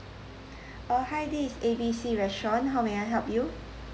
uh hi this is A B C restaurant how may I help you